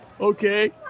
Okay